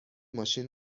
ماشین